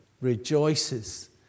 rejoices